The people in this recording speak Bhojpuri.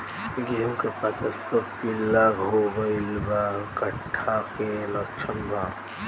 गेहूं के पता सब पीला हो गइल बा कट्ठा के लक्षण बा?